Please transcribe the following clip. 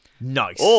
Nice